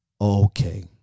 okay